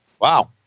Wow